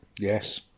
Yes